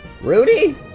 Rudy